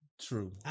True